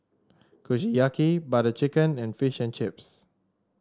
Kushiyaki Butter Chicken and Fish and Chips